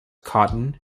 cotton